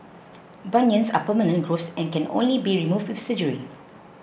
bunions are permanent growths and can only be removed with surgery